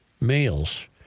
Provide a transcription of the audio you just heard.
males